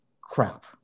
Crap